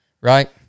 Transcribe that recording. right